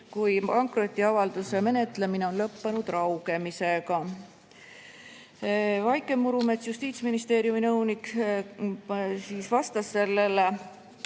kui pankrotiavalduse menetlemine on lõppenud raugemisega. Vaike Murumets, Justiitsministeeriumi esindaja vastas sellele,